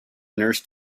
nurse